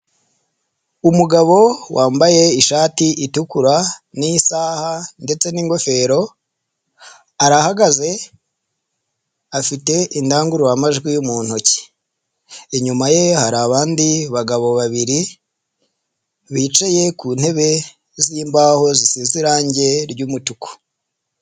Umugabo wambaye ishati itukura n'isaha ndetse n'ingofero arahagaze afite indangururamajwi mu ntoki, inyuma ye hari abandi bagabo babiri bicaye ku ntebe z'imbaho zisize irange ry'umutuku.